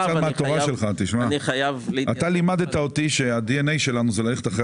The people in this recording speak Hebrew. אתה לימדת אותי שה-דנא שלנו הוא ללכת אחרי